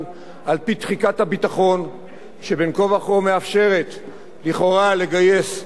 שבין כה וכה מאפשרת לכאורה לגייס מגיל 18,